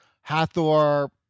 Hathor